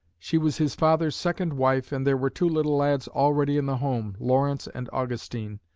she was his father's second wife and there were two little lads already in the home, lawrence and augustine,